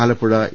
Alappuzha A